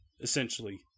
essentially